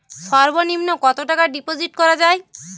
সর্ব নিম্ন কতটাকা ডিপোজিট করা য়ায়?